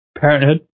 parenthood